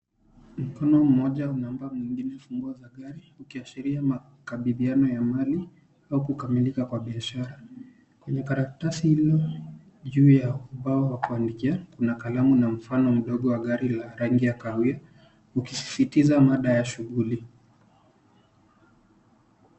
Mkono mmoja unampa mwingine funguo za gari ukiashiria makabidhiano ya mali au kukamilika kwa biashara. Kwenye karatasi hilo juu ya ubao wa kuandikia kuna kalamu na mfano mdogo wa gari la rangi ya kahawia ukisisitiza mada ya shughuli.